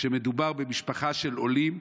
כשמדובר במשפחה של עולים,